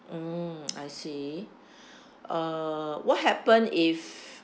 mm I see uh what happen if